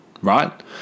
right